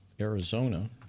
Arizona